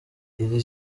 iri